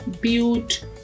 build